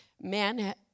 man